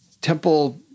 temple